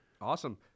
awesome